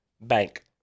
bank